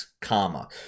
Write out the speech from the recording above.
karma